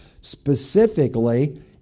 specifically